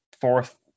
fourth